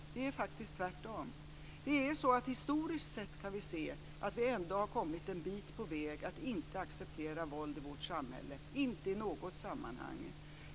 Det är faktiskt tvärtom. Historiskt sett har vi ändå kommit en bit på väg när det gäller att inte acceptera våld i vårt samhälle, inte i något sammanhang.